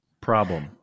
Problem